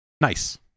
nice